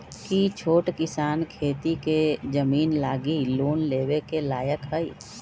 कि छोट किसान खेती के जमीन लागी लोन लेवे के लायक हई?